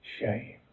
shame